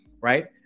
right